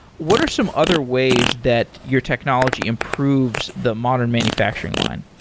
what are some other ways that your technology improves the modern manufacturing line?